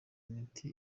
imiti